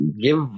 give